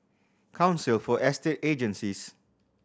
Council for Estate Agencies